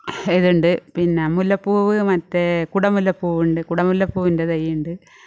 ഇതുണ്ട് പിന്നെ മുല്ലപ്പൂവ് മറ്റേ കുടമുല്ലപ്പൂവുണ്ട് കുടമുല്ലപ്പൂവിൻ്റെ തൈയുണ്ട്